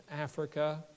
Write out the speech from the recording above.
Africa